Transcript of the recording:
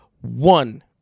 one